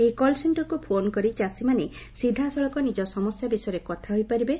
ଏହି କଲ୍ ସେକ୍କରକୁ ଫୋନ୍ କରି ଚାଷୀମାନେ ସିଧାସଳଖ ନିଜ ସମସ୍ ବିଷୟରେ କଥା ହୋଇପାରିବେ